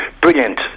Brilliant